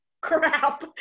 crap